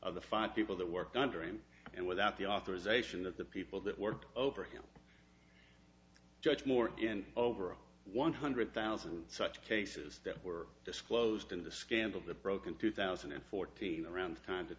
of the five people that work under him and without the authorization of the people that work over him judge moore in over one hundred thousand such cases that were disclosed in the scandal that broke in two thousand and fourteen around the time to